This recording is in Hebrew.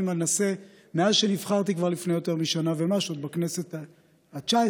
אני מנסה מאז שנבחרתי כבר לפני יותר משנה ומשהו בכנסת התשע-עשרה,